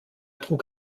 trug